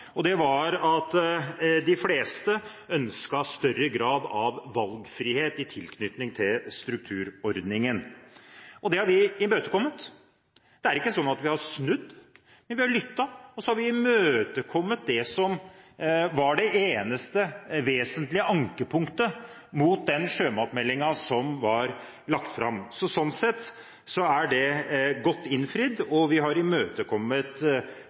strukturordningen som var foreslått, og det var at de fleste ønsket større grad av valgfrihet i tilknytning til strukturordningen. Det har vi imøtekommet. Vi har ikke snudd, men vi har lyttet, og så har vi imøtekommet det som var det eneste vesentlige ankepunktet mot den sjømatmeldingen som var lagt fram. Sånn sett er det godt innfridd, og vi har imøtekommet